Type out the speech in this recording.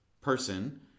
person